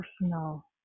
personal